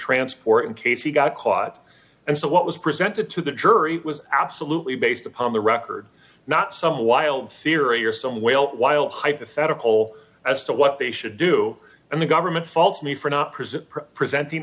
transport in case he got caught and so what was presented to the jury was absolutely based upon the record not some wild theory or some whale wild hypothetical as to what they should do and the government faults me for not present per presenting